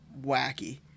wacky